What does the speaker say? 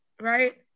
right